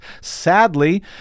Sadly